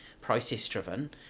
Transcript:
process-driven